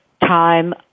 time